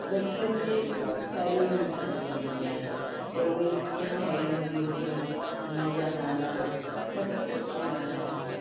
बचपन जी साहेड़ियुनि जी यादि अची वेंदी आहे त उहे कीअं साहेड़ियूं हूंदियूं हुयूं उन्हनि जा नाला सभु कुझु याद आहे